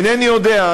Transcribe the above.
אינני יודע.